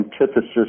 antithesis